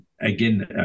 again